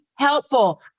Helpful